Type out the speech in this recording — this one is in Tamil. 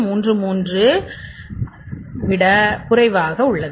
33 விட குறைவாக உள்ளது